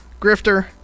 Grifter